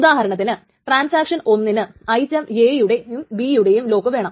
ഉദാഹരണത്തിന് ട്രാൻസാക്ഷൻ ഒന്നിന് item A യുടെയും B യുടെയും ലോക്ക് വേണം